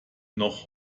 noch